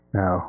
no